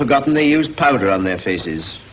forgotten the use powder on their faces